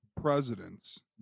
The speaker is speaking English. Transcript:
presidents